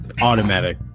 automatic